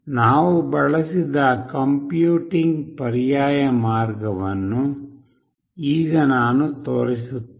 ನಾವು ಬಳಸಿದ ಕಂಪ್ಯೂಟಿಂಗ್ ಪರ್ಯಾಯ ಮಾರ್ಗವನ್ನು ಈಗ ನಾನು ತೋರಿಸುತ್ತೇನೆ